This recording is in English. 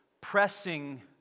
pressing